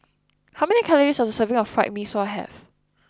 How many calories does a serving of Fried Mee Sua have